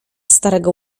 starego